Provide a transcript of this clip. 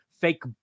fake